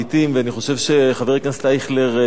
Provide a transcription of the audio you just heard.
ואני חושב שחבר הכנסת אייכלר ביטא